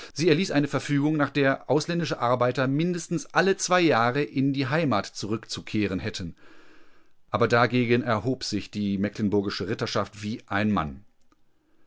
sie erließ eine verfügung nach der ausländische arbeiter mindestens alle zwei jahre in die heimat zurückzukehren hätten aber dagegen erhob sich die mecklenburgische ritterschaft wie ein mann